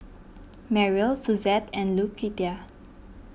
Merrill Suzette and Lucretia